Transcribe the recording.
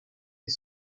est